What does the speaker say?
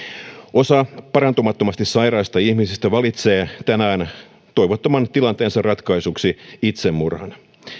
osa parantumattomasti sairaista ihmisistä valitsee tänään toivottoman tilanteensa ratkaisuksi itsemurhan